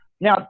Now